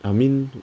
I mean